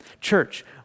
Church